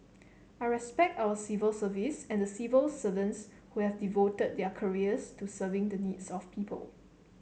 I respect our civil service and the civil servants who have devoted their careers to serving the needs of people